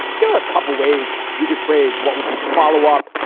there are a couple ways you could phrase what would be the follow up?